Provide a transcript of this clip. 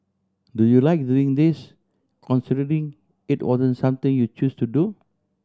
do you like doing this considering it wasn't something you chose to do